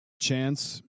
Chance